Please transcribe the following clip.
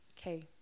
okay